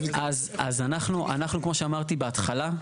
אז אנחנו, כמו שאמרתי בהתחלה,